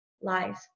lies